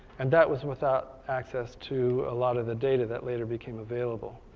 and that was without access to a lot of the data that later became available.